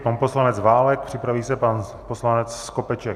Pan poslanec Válek, připraví se pan poslanec Skopeček.